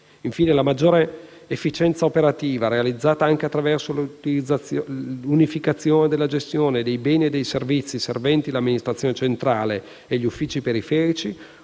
Infine, la maggiore efficienza operativa, realizzata anche attraverso l'unificazione della gestione dei beni e dei servizi serventi l'amministrazione centrale e gli uffici periferici,